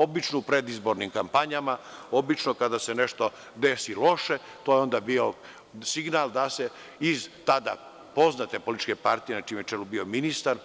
Obično u predizbornim kampanjama, obično kada se desi nešto loše, to je onda bio signal da se iz tada poznate političke partije na čijem je čelu bio ministar,